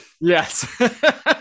Yes